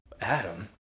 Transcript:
Adam